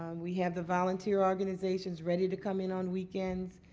we have the volunteer organizations ready to come in on weekends.